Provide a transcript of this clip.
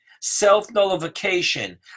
self-nullification